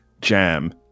jam